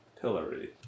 Pillory